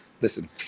listen